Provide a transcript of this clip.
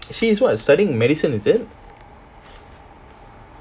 she is what studying medicine is it